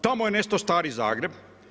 Tamo je nestao stari Zagreb.